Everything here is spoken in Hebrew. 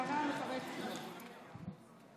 הייתה פה מלינובסקי ולא נתנו לנו להגיב,